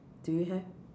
do you have